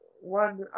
one